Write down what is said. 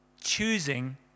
choosing